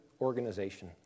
organization